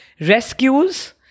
rescues